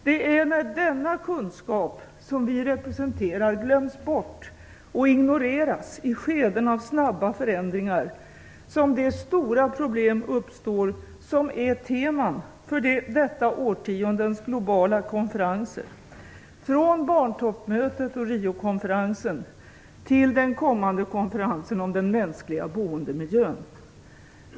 Det är när denna kunskap som vi representerar glöms bort och ignoreras i skeden av snabba förändringar som de stora problem uppstår som är teman för detta årtiondes globala konferenser - från barntoppmötet och Riokonferensen till den kommande konferensen om den mänskliga boendemiljön.